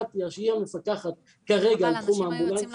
כרגע קטיה שהיא המפקחת על תחום האמבולנסים,